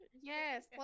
Yes